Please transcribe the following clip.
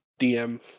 DM